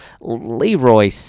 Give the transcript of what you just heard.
Leroy